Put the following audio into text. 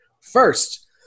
first